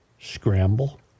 scramble